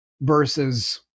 versus